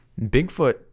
Bigfoot